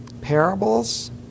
parables